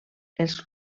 els